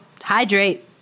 Hydrate